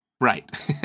Right